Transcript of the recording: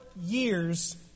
years